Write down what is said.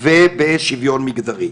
ובשיוויון מגדרי.